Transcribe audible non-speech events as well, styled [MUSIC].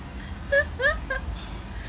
[LAUGHS]